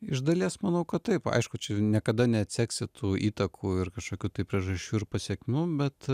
iš dalies manau kad taip aišku čia niekada neatseksi tų įtakų ir kažkokių tai priežasčių ir pasekmių bet